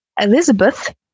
Elizabeth